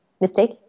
mistake